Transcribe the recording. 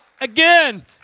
Again